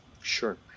Sure